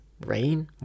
rain